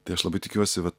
tai aš labai tikiuosi vat